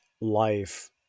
life